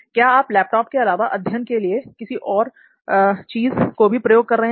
क्या आप लैपटॉप के अलावा अध्ययन के लिए किसी और चीज को भी प्रयोग कर रहे हैं